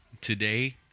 today